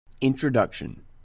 Introduction